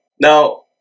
now